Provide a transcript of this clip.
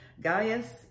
Gaius